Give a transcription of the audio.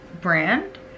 brand